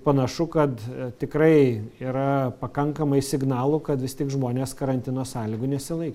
panašu kad tikrai yra pakankamai signalų kad vis tik žmonės karantino sąlygų nesilaiko